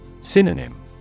Synonym